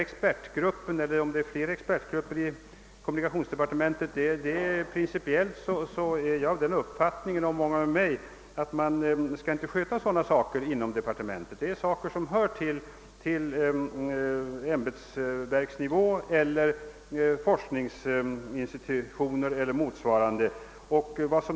Beträffande expertgrupperna inom kommunikationsdepartementet har vidare jag och många med mig principiellt den uppfattningen, att de uppgifter dessa arbetar med inte är sådant som hör hemma inom "departementen. Det är frågor som bör skötas på ämbetsverksnivå eller inom forskningsinstitutioner och motsvarande inrättningar.